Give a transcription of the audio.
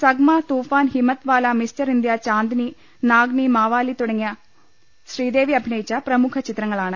Sangma Toofan Himmatwala mister India Chandni Nagina Mawaali തുടങ്ങിയവി ശ്രീദേവി അഭിനയിച്ച പ്രമുഖ ചിത്രങ്ങളാണ്